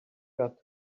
got